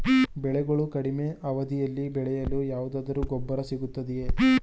ಬೆಳೆಗಳು ಕಡಿಮೆ ಅವಧಿಯಲ್ಲಿ ಬೆಳೆಯಲು ಯಾವುದಾದರು ಗೊಬ್ಬರ ಸಿಗುತ್ತದೆಯೇ?